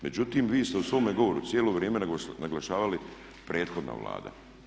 Međutim, vi ste u svome govoru cijelo vrijeme naglašavali prethodna Vlada.